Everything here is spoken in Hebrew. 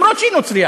אפילו שהיא נוצרייה.